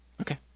okay